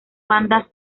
bandas